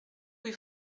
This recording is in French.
rue